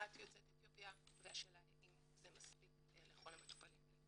אחת יוצאת אתיופיה והשאלה אם זה מספיק לכל המטופלים האלה.